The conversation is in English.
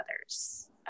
others